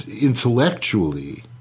intellectually